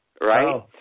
Right